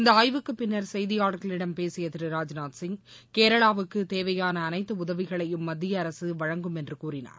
இந்த ஆய்வுக்கு பின்னர் செய்தியாளர்களிடம் பேசிய திரு ராஜ்நாத் சிங் கேரளாவுக்கு தேவையான அனைத்து உதவிகளையும் மத்திய அரசு வழங்கும் என்று கூறினார்